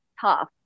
tough